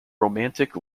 romantic